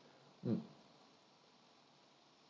mm